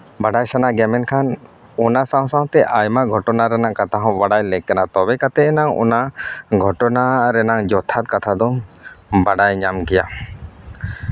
ᱵᱟᱰᱟᱭ ᱥᱟᱱᱟ ᱜᱮᱭᱟ ᱢᱮᱱᱠᱷᱟᱱ ᱚᱱᱟ ᱥᱟᱶᱼᱥᱟᱶᱛᱮ ᱟᱭᱢᱟ ᱜᱷᱚᱴᱚᱱᱟ ᱨᱮᱱᱟᱜ ᱠᱟᱛᱷᱟ ᱦᱚᱸ ᱵᱟᱲᱟᱭ ᱞᱮᱠ ᱠᱟᱱᱟ ᱛᱚᱵᱮ ᱠᱟᱛᱮᱫ ᱮᱱᱟᱜ ᱚᱱᱟ ᱜᱷᱚᱴᱚᱱᱟᱜ ᱨᱮᱱᱟᱜ ᱡᱚᱛᱷᱟᱛ ᱠᱟᱛᱷᱟ ᱫᱚᱢ ᱵᱟᱰᱟᱭ ᱧᱟᱢ ᱜᱮᱭᱟ